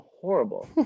horrible